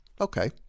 Okay